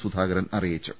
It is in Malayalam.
സുധാകരൻ അറിയിച്ചു